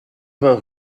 vingts